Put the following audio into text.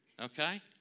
okay